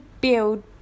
build